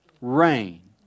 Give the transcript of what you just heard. rain